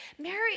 Mary